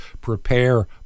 prepare